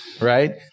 right